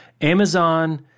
Amazon